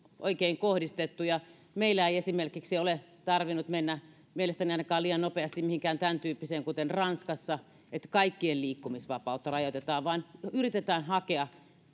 oikein kohdistettuja meillä ei esimerkiksi ole tarvinnut mennä ainakaan liian nopeasti mielestäni mihinkään sen tyyppiseen kuten ranskassa että kaikkien liikkumisvapautta rajoitetaan vaan yritetään hakea